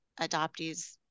adoptees